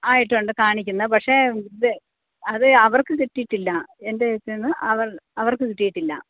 ആയിട്ടുണ്ട് കാണിക്കുന്ന് പക്ഷേ ഇത് അത് അവർക്ക് കിട്ടിയിട്ടില്ല എൻ്റെ ഇതിൽനിന്ന് അവർക്ക് കിട്ടിയിട്ടില്ല